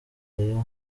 year